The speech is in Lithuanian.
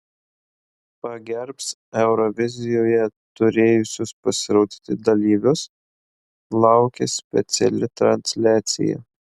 pagerbs eurovizijoje turėjusius pasirodyti dalyvius laukia speciali transliacija